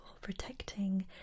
protecting